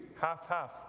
Half-half